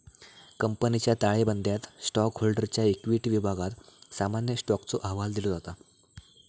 कंपनीच्या ताळेबंदयात स्टॉकहोल्डरच्या इक्विटी विभागात सामान्य स्टॉकचो अहवाल दिलो जाता